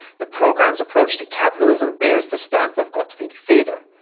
the program's approach to capitalism bears the stamp of gottfried feder,